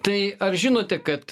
tai ar žinote kad